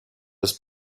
das